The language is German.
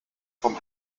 vom